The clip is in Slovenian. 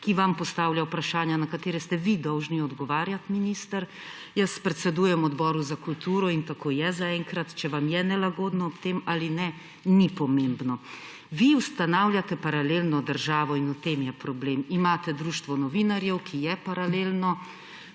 ki vam postavlja vprašanja, na katera ste vi dolžni odgovarjati, minister. Jaz predsedujem Odboru za kulturo in tako je zaenkrat, če vam je nelagodno ob tem ali ne, ni pomembno. Vi ustanavljate paralelno državo in v tem je problem. Imate Društvo novinarjev, ki je paralelno,